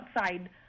outside